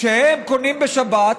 שהם קונים בשבת,